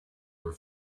were